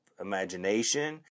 imagination